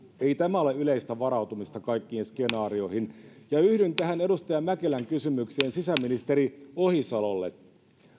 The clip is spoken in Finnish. ei tämä ole yleistä varautumista kaikkiin skenaarioihin ja yhdyn tähän edustaja mäkelän kysymykseen sisäministeri ohisalolle